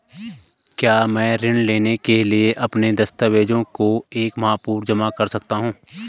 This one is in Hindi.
क्या मैं ऋण लेने के लिए अपने दस्तावेज़ों को एक माह पूर्व जमा कर सकता हूँ?